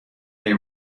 may